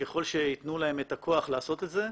וככל שייתנו להן את הכוח לעשות את זה,